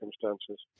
circumstances